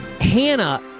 Hannah